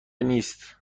نیست